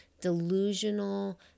delusional